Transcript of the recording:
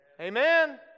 Amen